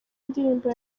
indirimbo